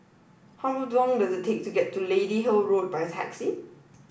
how long does it take to get to Lady Hill Road by taxi